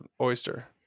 Oyster